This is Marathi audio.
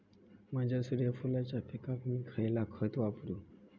माझ्या सूर्यफुलाच्या पिकाक मी खयला खत वापरू?